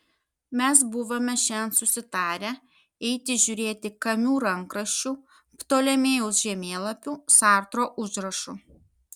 mes buvome šiandien susitarę eiti žiūrėti kamiu rankraščių ptolemėjaus žemėlapių sartro užrašų